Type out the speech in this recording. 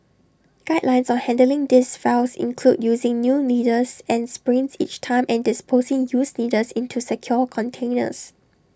guidelines on handling these vials include using new needles and syringes each time and disposing used needles into secure containers